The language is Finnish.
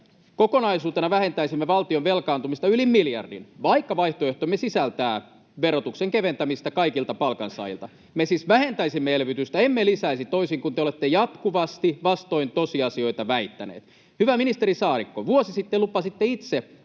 Kokonaisuutena vähentäisimme valtion velkaantumista yli miljardin, vaikka vaihtoehtomme sisältää verotuksen keventämistä kaikilta palkansaajilta. Me siis vähentäisimme elvytystä, emme lisäisi, toisin kuin te olette jatkuvasti vastoin tosiasioita väittäneet. Hyvä ministeri Saarikko, vuosi sitten lupasitte itse